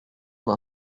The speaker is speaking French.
d’un